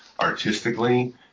artistically